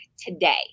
today